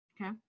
Okay